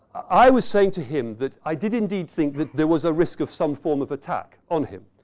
i was saying to him that i did indeed think that there was a risk of some form of attack on him.